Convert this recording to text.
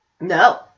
No